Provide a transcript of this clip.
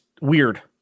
weird